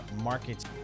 markets